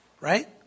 Right